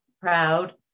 proud